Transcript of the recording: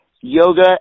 yoga